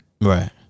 Right